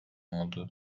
oldu